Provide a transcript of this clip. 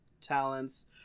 talents